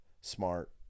Smart